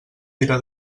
dirà